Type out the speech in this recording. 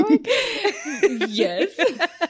Yes